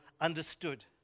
understood